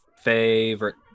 favorite